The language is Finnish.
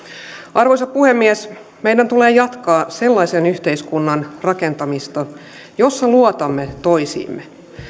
arvoisa puhemies meidän tulee jatkaa sellaisen yhteiskunnan rakentamista jossa luotamme toisiimme